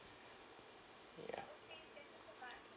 yeah